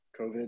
COVID